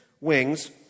wings